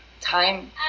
time